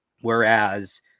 Whereas